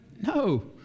no